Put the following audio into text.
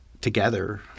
together